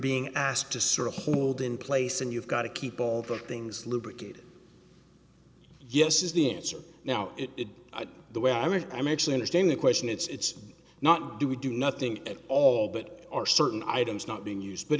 being asked to sort of hold in place and you've got to keep all the things lubricated yes is the answer now it the way i mean i may actually understand the question it's not do we do nothing at all but are certain items not being used but